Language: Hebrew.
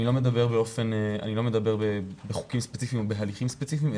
אני לא מדבר בחוקים ספציפיים או בהליכים ספציפיים,